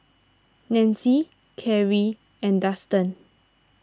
Nanci Kari and Dustan